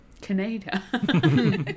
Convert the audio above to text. Canada